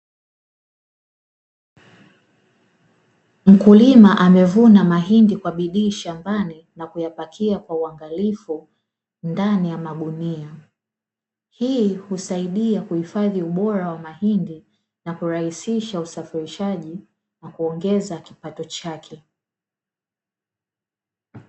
Mkulima amevuna mahindi kwa bidii shambani na kuyapakia kwa uangalifu ndani ya magunia, hii husaidia kuhifadhi ubora wa mahindi na kurahisisha usafirishaji na kuongeza kipato chake.